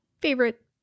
favorite